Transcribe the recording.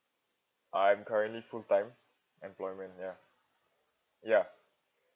I'm currently full time employment ya ya